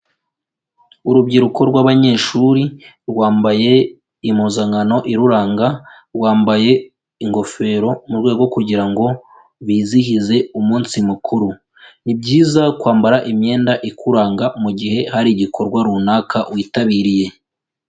Urubyiruko rw'abanyeshuri rwambaye impuzankano iruranga, rwambaye ingofero mu rwego kugira ngo bizihize umunsi mukuru. Ni byiza kwambara imyenda ikuranga mu gihe hari igikorwa runaka witabiriye.